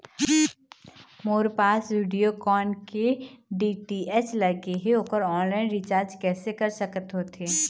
मोर पास वीडियोकॉन के डी.टी.एच लगे हे, ओकर ऑनलाइन रिचार्ज कैसे कर सकत होथे?